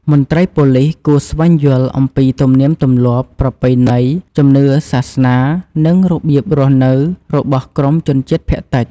មន្ត្រីប៉ូលិសគួរស្វែងយល់អំពីទំនៀមទម្លាប់ ប្រពៃណី ជំនឿ សាសនា និងរបៀបរស់នៅរបស់ក្រុមជនជាតិភាគតិច។